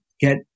get